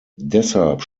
deshalb